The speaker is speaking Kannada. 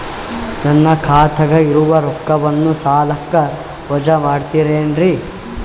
ನನ್ನ ಖಾತಗ ಇರುವ ರೊಕ್ಕವನ್ನು ಸಾಲಕ್ಕ ವಜಾ ಮಾಡ್ತಿರೆನ್ರಿ?